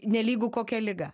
nelygu kokia liga